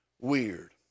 weird